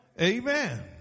Amen